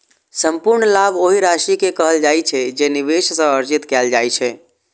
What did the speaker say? संपूर्ण लाभ ओहि राशि कें कहल जाइ छै, जे निवेश सं अर्जित कैल जाइ छै